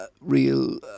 real